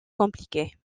compliquées